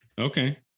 Okay